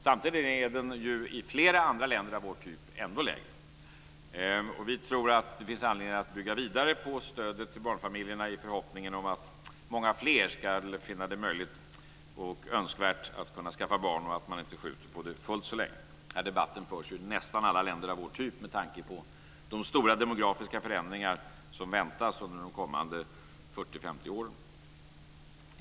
Samtidigt är den i flera andra länder av vår typ ännu lägre. Vi tror att det finns anledning att bygga vidare på stödet till barnfamiljerna i förhoppningen om att många fler ska finna det möjligt och önskvärt att skaffa barn och att de inte skjuter på det fullt så länge. Den här debatten förs i nästan alla länder av vår typ med tanke på de stora demografiska förändringar som förväntas under de kommande 40-50 åren.